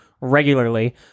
regularly